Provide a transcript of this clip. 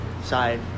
side